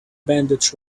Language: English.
bandage